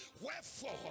wherefore